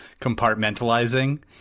compartmentalizing